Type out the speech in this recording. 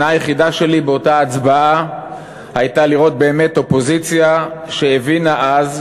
ההנאה היחידה שלי באותה הצבעה הייתה לראות באמת אופוזיציה שהבינה אז,